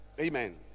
Amen